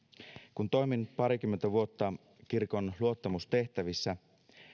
kun toimin parikymmentä vuotta kirkon luottamustehtävissä